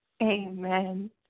Amen